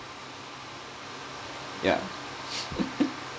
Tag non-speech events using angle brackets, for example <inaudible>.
yeah <laughs>